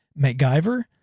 MacGyver